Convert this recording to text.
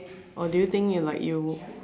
or do you think you like you